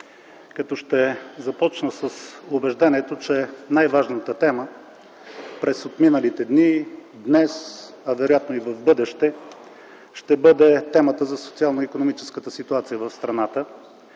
като ще започна с убеждението, че най-важната тема през отминалите дни, днес, а вероятно и в бъдеще ще бъде темата за социално-икономическата ситуация в страната,